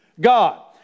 God